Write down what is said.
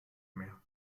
mehr